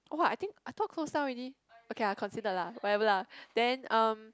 oh I think I thought closed down already okay ah consider lah whatever lah then uh